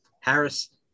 Harris